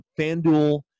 FanDuel